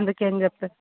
అందుకే ఏం చెప్తారు